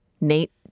Nate